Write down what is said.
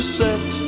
set